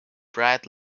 bright